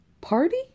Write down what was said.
party